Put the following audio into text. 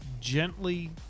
gently